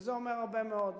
וזה אומר הרבה מאוד.